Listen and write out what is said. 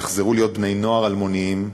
יחזרו להיות בני-נוער אלמוניים,